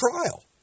trial